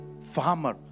farmer